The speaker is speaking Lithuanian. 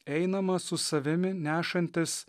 einama su savimi nešantis